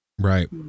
right